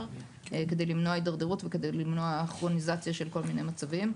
כדי למנוע התדרדרות וכדי למנוע כרוניזציה של כל מיני מצבים.